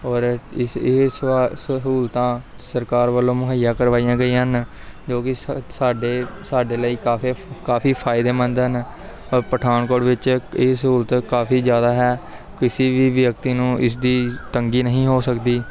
ਔਰ ਇਸ ਇਹ ਸੁਆ ਸਹੂਲਤਾਂ ਸਰਕਾਰ ਵੱਲੋਂ ਮੁਹੱਈਆ ਕਰਵਾਈਆਂ ਗਈਆਂ ਹਨ ਜੋ ਕਿ ਸਾਡੇ ਸਾਡੇ ਲਈ ਕਾਫ਼ੀ ਕਾਫ਼ੀ ਫ਼ਾਇਦੇਮੰਦ ਹਨ ਪਠਾਨਕੋਟ ਵਿੱਚ ਇਹ ਸਹੂਲਤ ਕਾਫ਼ੀ ਜ਼ਿਆਦਾ ਹੈ ਕਿਸੀ ਵੀ ਵਿਅਕਤੀ ਨੂੰ ਇਸ ਦੀ ਤੰਗੀ ਨਹੀਂ ਹੋ ਸਕਦੀ